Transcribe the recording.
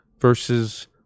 versus